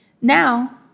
Now